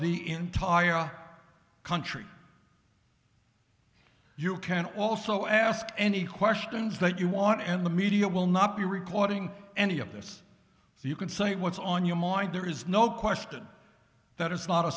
the entire country you can also ask any questions that you want and the media will not be recording any of this so you can say what's on your mind there is no question that it's not a